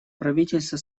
правительство